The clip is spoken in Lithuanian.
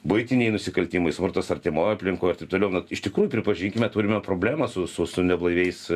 buitiniai nusikaltimai smurtas artimoj aplinkoj ir taip toliau na iš tikrųjų pripažinkime turime problemą su su su neblaiviais